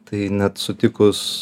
tai net sutikus